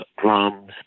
drums